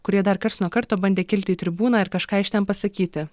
kurie dar karts nuo karto bandė kilti į tribūną ir kažką iš ten pasakyti